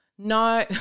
No